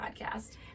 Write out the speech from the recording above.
podcast